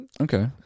Okay